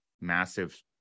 massive